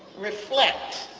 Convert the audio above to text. reflect,